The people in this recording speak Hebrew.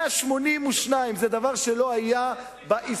182, זה דבר שלא היה בהיסטוריה.